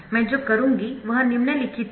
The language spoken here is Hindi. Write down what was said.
मैं जो करूंगीवह निम्नलिखित है